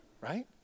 right